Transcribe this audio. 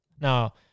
Now